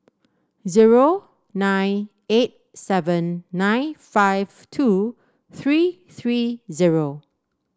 zero nine eight seven nine five two three three zero